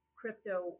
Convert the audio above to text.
crypto